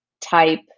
type